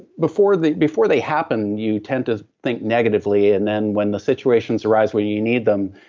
before they before they happen, you tend to think negatively and then when the situations arise when you need them,